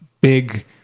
big